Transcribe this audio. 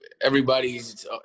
everybody's